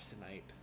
tonight